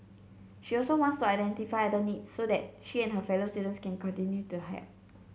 she also wants to identify other needs so that she and her fellow students can continue to help